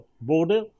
border